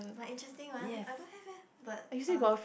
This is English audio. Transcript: my interesting one I don't have eh but um